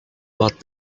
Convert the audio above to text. but